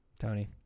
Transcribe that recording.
Tony